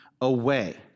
away